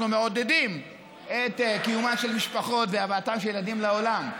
אנחנו מעודדים את קיומן של משפחות והבאת ילדים לעולם.